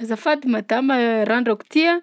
Azafady madama! Randrako ty a